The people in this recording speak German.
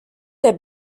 der